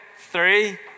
Three